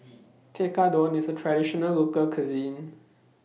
Tekkadon IS A Traditional Local Cuisine